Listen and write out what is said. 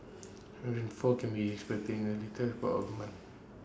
rainfall can be expected in the later part of month